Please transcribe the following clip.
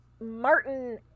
Martin